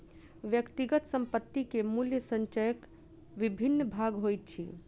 व्यक्तिगत संपत्ति के मूल्य संचयक विभिन्न भाग होइत अछि